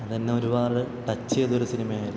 അതു തന്നെ ഒരുപാട് ടച്ച് ചെയ്തൊരു സിനിമയായിരുന്നു